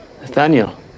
Nathaniel